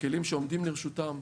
בכלים שעומדים לרשותה,